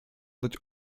dać